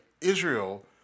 Israel